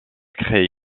crée